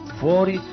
fuori